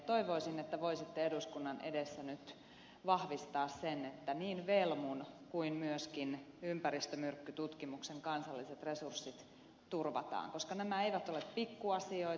toivoisin että voisitte eduskunnan edessä nyt vahvistaa sen että niin velmun kuin myöskin ympäristömyrkkytutkimuksen kansalliset resurssit turvataan koska nämä eivät ole pikkuasioita